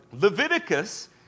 Leviticus